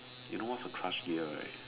you know what's a crush gear right